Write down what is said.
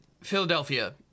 Philadelphia